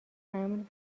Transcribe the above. امن